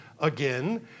again